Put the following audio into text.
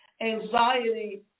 anxiety